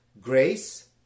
grace